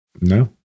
No